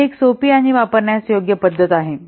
तर ही एक सोपी आणि वापरण्यास योग्य पद्धत आहे